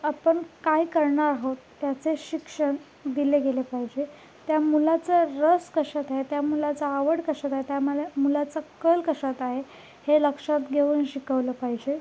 आपण काय करणार आहोत त्याचं शिक्षण दिलं गेलं पाहिजे त्या मुलाचा रस कशात आहे त्या मुलाचा आवड कशात आहे त्या मला मुलाचा कल कशात आहे हे लक्षात घेऊन शिकवलं पाहिजे